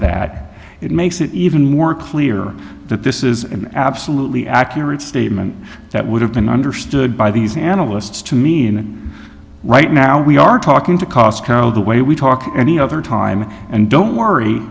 that it makes it even more clear that this is an absolutely accurate statement that would have been understood by these analysts to mean right now we are talking to costco the way we talk any other time and don't worry